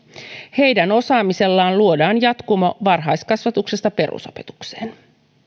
heidän osaamisellaan luodaan jatkumo varhaiskasvatuksesta perusopetukseen